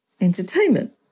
entertainment